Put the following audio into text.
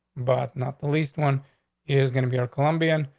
but not the least one is going to be a colombian.